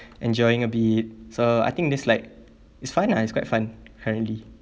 enjoying a bit so I think this like is fun ah it's quite fun currently